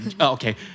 okay